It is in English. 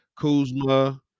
Kuzma